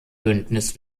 bündnis